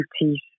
duties